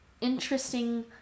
interesting